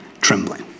trembling